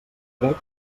crec